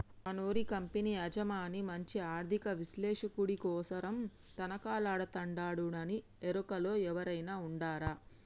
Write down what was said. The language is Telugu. మనూరి కంపెనీ యజమాని మంచి ఆర్థిక విశ్లేషకుడి కోసరం తనకలాడతండాడునీ ఎరుకలో ఎవురైనా ఉండారా